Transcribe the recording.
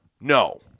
No